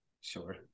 Sure